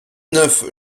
neuf